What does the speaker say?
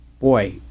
boy